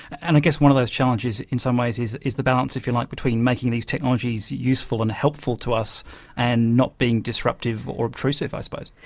and i guess one of those challenges in some ways is is the balance, if you like, between making these technologies useful and helpful to us and not being disruptive or obtrusive, i suppose.